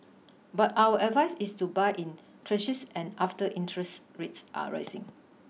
but our advice is to buy in tranches and after interest rates are risen